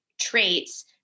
traits